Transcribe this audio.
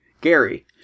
Gary